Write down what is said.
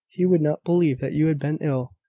he would not believe that you had been ill.